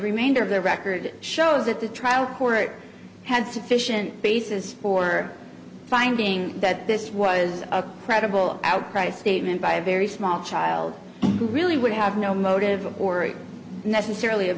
remainder of the record shows that the trial court had sufficient basis for finding that this was a credible outcry statement by a very small child who really would have no motive or necessarily